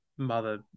mother